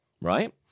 right